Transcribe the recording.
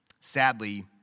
Sadly